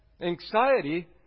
anxiety